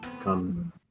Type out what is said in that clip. come